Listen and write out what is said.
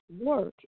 work